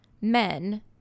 men